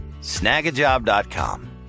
Snagajob.com